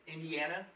Indiana